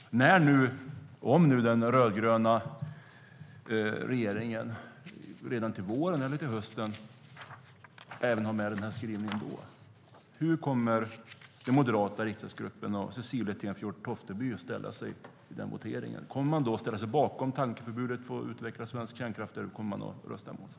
Om den rödgröna regeringen redan till våren, eller till hösten, har med en sådan skrivning undrar jag: Hur kommer den moderata riksdagsgruppen och Cecilie Tenfjord-Toftby att ställa sig vid voteringen? Kommer man att ställa sig bakom tankeförbudet att utveckla svensk kärnkraft eller kommer man att rösta emot?